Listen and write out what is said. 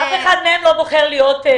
זה שאף אחד לא נמצא פה